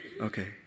Okay